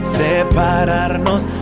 separarnos